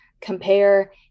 compare